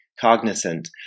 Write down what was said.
cognizant